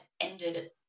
ended